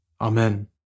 Amen